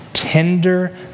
Tender